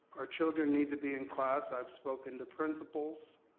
our children need to be in class. i've spoken to principals